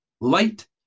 light